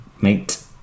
mate